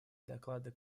доклада